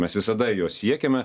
mes visada jos siekiame